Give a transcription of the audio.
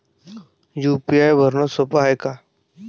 UPI भरनं सोप हाय का?